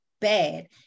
bad